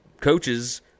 coaches